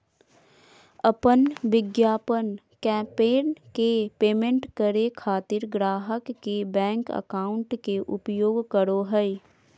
अपन विज्ञापन कैंपेन के पेमेंट करे खातिर ग्राहक के बैंक अकाउंट के उपयोग करो हइ